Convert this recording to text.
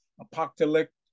apocalyptic